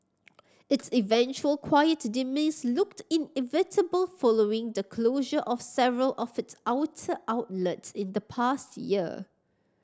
its eventual quiet demise looked inevitable following the closure of several of its outer outlets in the past year